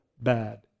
bad